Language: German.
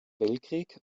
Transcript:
weltkrieg